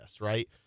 right